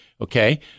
Okay